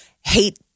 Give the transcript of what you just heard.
hate